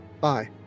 Bye